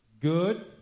Good